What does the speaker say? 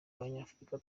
abanyafurika